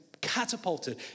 catapulted